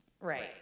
right